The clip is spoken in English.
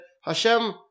Hashem